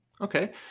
Okay